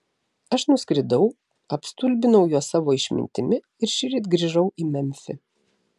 aš nuskridau apstulbinau juos savo išmintimi ir šįryt grįžau į memfį